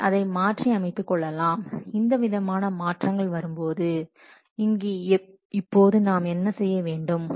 பின்னர் அதை மாற்றி அமைத்துக் கொள்ளலாம் இந்த விதமான மாற்றங்கள் வரும்போது இங்கு இப்போது நாம் என்ன செய்ய வேண்டும்